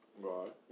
Right